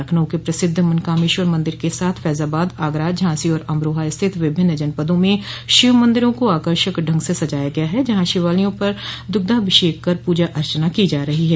लखनऊ के प्रसिद्ध मनकामश्वर मंदिर के साथ फैजाबाद आगरा झांसी और अमरोहा सहित विभिन्न जनपदों में शिवमंदिरों को आकर्षक ढंग से सजाया गया है जहां शिवालयों पर दुग्धाभिषेक कर पूजा अर्चना की जा रही है